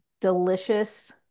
delicious